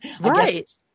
Right